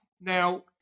now